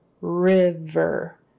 river